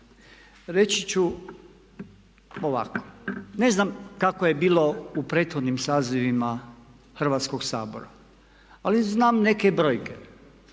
Reći ću ovako, ne znam kako je bilo u prethodnim sazivima Hrvatskog sabora, ali znam neke brojke,